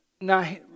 Now